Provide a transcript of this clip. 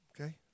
Okay